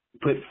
put